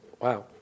Wow